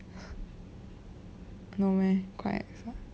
no meh quite ex [what]